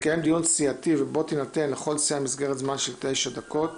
6.יתקיים דיון סיעתי בו תינתן לכל סיעה מסגרת זמן של תשע דקות.